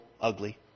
ugly